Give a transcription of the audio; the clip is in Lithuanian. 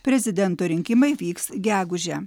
prezidento rinkimai vyks gegužę